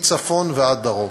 מצפון ועד דרום,